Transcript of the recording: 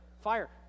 Fire